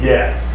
Yes